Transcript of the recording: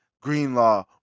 Greenlaw